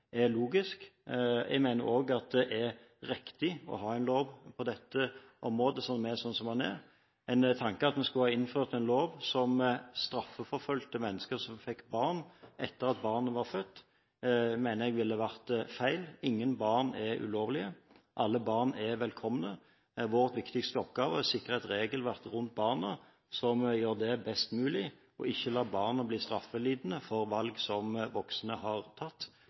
er logisk. Jeg mener også at det er riktig å ha en lov på dette området som er sånn som den er. En tanke om at man skulle innført en lov som straffeforfulgte mennesker som fikk barn, etter at barnet var født, mener jeg ville vært feil. Ingen barn er ulovlige, alle barn er velkomne. Vår viktigste oppgave er å sikre et regelverk rundt barna som er best mulig, og ikke lar barna bli straffelidende for valg som voksne har tatt,